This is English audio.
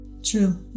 true